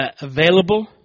available